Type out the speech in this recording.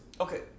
Okay